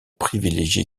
privilégiée